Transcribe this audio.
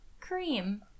cream